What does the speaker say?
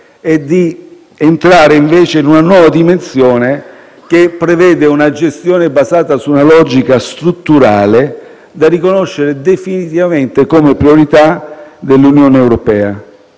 e di entrare, invece, in una nuova dimensione, che prevede una gestione basata su una logica strutturale, da riconoscere definitivamente come priorità dell'Unione europea.